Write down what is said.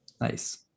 Nice